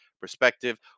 perspective